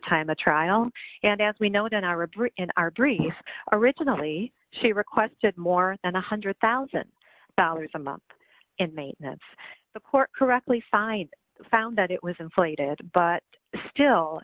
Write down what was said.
time of trial and as we know again i repeat in our brief originally she requested more than one hundred thousand dollars a month in maintenance the court correctly find found that it was inflated but still